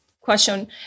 Question